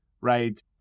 right